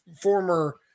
former